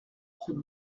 route